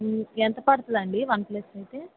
ఎంత పడుతుందండి వన్ప్లస్ అయితే